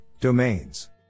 domains